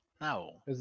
No